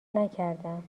نکردم